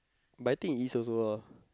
but I think he eats also lah